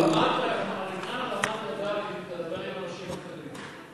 לעניין הרמת הידיים תדבר עם אנשים אחרים.